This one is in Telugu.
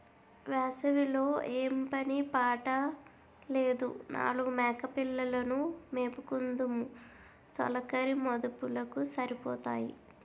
వేసవి లో ఏం పని పాట లేదు నాలుగు మేకపిల్లలు ను మేపుకుందుము తొలకరి మదుపులకు సరిపోతాయి